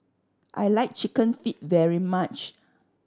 I like Chicken Feet very much